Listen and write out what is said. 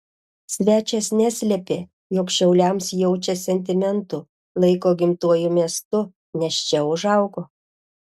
svečias neslėpė jog šiauliams jaučia sentimentų laiko gimtuoju miestu nes čia užaugo